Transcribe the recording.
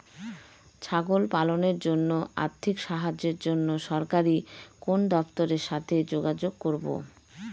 ছাগল পালনের জন্য আর্থিক সাহায্যের জন্য সরকারি কোন দপ্তরের সাথে যোগাযোগ করব?